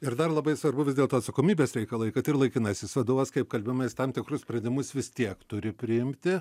ir dar labai svarbu vis dėlto atsakomybės reikalai kad ir laikinasis vadovas kaip kalbėjome jis tam tikrus sprendimus vis tiek turi priimti